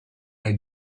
nei